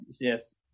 yes